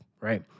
Right